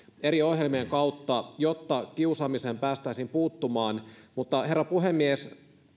eri ohjelmien kautta jotta kiusaamiseen päästäisiin puuttumaan mutta herra puhemies